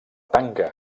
tanca